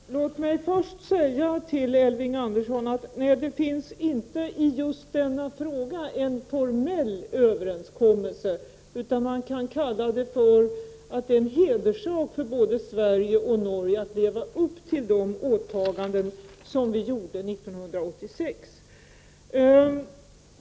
Herr talman! Låt mig först säga till Elving Andersson att det just i denna fråga inte finns någon formell överenskommelse, utan man kan säga att det är en hederssak för både Sverige och Norge att leva upp till de åtaganden som vi gjorde 1986.